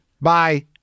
Bye